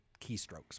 keystrokes